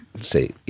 say